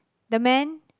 the man